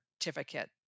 certificate